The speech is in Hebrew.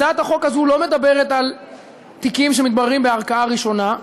הצעת החוק הזו לא מדברת על תיקים שמתבררים בערכאה ראשונה,